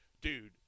Dude